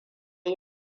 yi